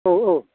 औ औ